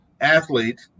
athlete